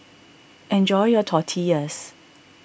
enjoy your Tortillas